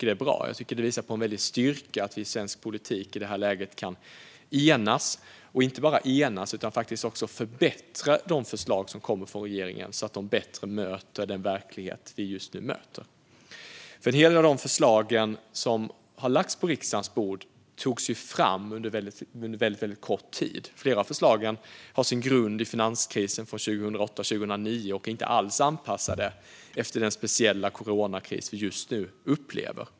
Det är bra, och det visar på en styrka att vi i svensk politik i det här läget kan enas om och förbättra de förslag som kommer från regeringen så att de bättre möter den verklighet vi nu ser. En del av de förslag som har lagts på riksdagens bord togs fram under kort tid. Flera av förslagen har sin grund i finanskrisen 2008-2009 och är inte alls anpassade efter den speciella coronakris vi just nu upplever.